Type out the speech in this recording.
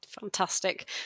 Fantastic